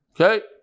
Okay